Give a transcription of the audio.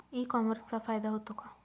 E कॉमर्सचा फायदा होतो का?